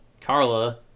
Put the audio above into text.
Carla